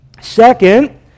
Second